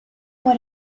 por